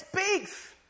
speaks